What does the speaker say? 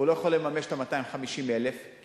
והוא לא יכול לממש את 250,000 השקלים,